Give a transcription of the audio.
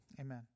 Amen